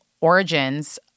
origins